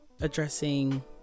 addressing